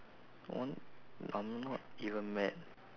one I'm not even mad